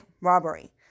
robbery